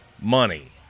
money